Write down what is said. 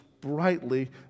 brightly